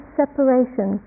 separation